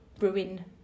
ruin